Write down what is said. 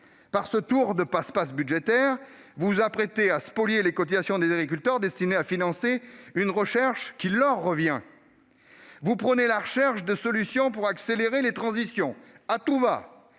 Par un tour de passe-passe budgétaire, vous vous apprêtez à spolier les cotisations des agriculteurs destinées à financer une recherche qui leur revient. Vous prônez la recherche de solutions à tout-va pour accélérer les transitions et, dans